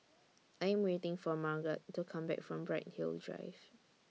I Am waiting For Marget to Come Back from Bright Hill Drive